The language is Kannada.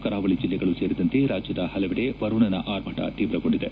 ಕರಾವಳಿ ಜಲ್ಲೆಗಳು ಸೇರಿದಂತೆ ರಾಜ್ಯದ ಪಲವೆಡೆ ವರುಣನ ಅರ್ಭಟ ತೀವ್ರಗೊಂಡಿದೆ